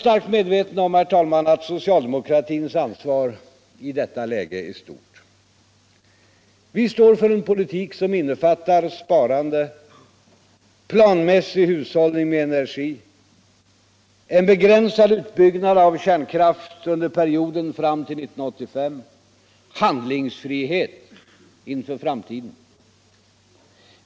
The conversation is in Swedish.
herr talman, starkt medveten om att söoctaldemokratins ansvar i detuta läge är stort. Vi står för-.en politik som innefattar spurande. plan miässig hushållning med energi, en begränsad utbyggnad av kärnkraft under perioden fram till 1985, handlingsfrihet inför framtiden.